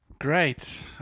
Great